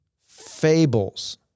Fables